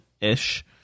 ish